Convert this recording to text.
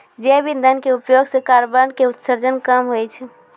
जैव इंधन के उपयोग सॅ कार्बन के उत्सर्जन कम होय छै